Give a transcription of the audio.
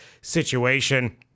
situation